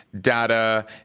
data